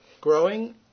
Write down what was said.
Growing